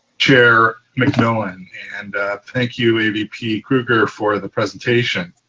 chair mcmillan. and thank you avp krueger for the presentation.